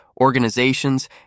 organizations